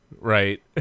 Right